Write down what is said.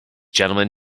gentlemen